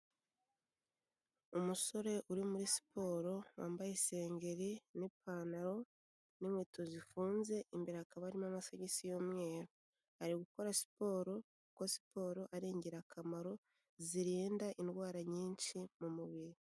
Umusore uri muri siporo wambaye isengeri n'ipantaro n'inkweto zifunze imbere hakaba harimo amasogisi y'umweru. Ari gukora siporo kuko siporo ari ingirakamaro zirinda indwara nyinshi mu mubiri.